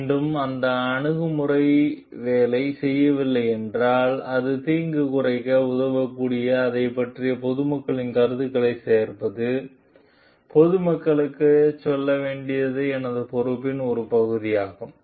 மீண்டும் அந்த அணுகுமுறை வேலை செய்யவில்லை என்றால் அது தீங்கு குறைக்க உதவக்கூடிய அதைப் பற்றி பொதுமக்களின் கருத்தைச் சேகரிப்பது பொது மக்களுக்கும் செல்ல வேண்டிய எனது பொறுப்பின் ஒரு பகுதியாகும்